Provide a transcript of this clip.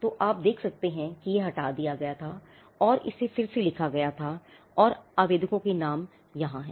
तो आप देख सकते हैं कि यह हटा दिया गया था और इसे फिर से लिखा गया था और आवेदकों का नाम यहाँ है